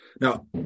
Now